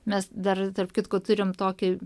mes dar tarp kitko turim tokį